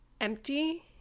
empty